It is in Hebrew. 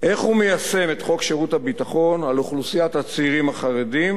איך הוא מיישם את חוק שירות הביטחון על אוכלוסיית הצעירים החרדים,